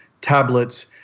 tablets